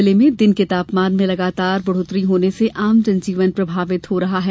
जिले में दिन के तापमान में लगातार बढ़ोतरी होने से आम जनजीवन प्रभावित हो रहा है